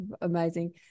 amazing